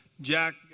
Jack